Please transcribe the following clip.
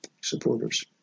supporters